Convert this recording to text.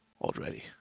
already